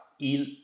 il